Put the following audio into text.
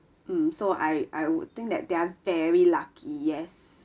mm so I I would think that they're very lucky yes